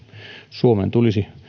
suomen tulisi